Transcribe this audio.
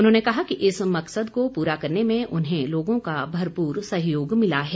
उन्होंने कहा कि इस मकसद को पूरा करने में उन्हें लोगों का भरपूर सहयोग मिला है